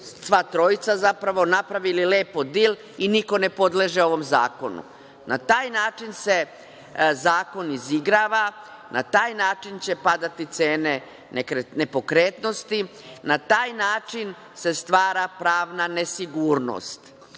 sva trojica zapravo, napravili lepo dil i niko ne podleže ovom zakonu. Na taj način se zakon izigrava, na taj način će padati cene nepokretnosti. Na taj način se stvara pravna nesigurnost. Vi